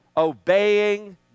Obeying